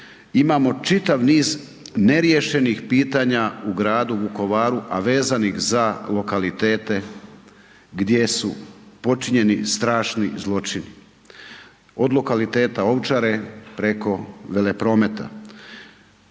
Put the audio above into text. imamo čitav niz neriješenih pitanja u gradu Vukovaru, a vezanih za lokalitete gdje su počinjeni strašni zločini od lokaliteta Ovčare, preko Veleprometa.